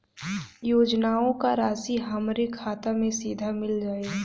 योजनाओं का राशि हमारी खाता मे सीधा मिल जाई?